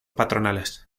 patronales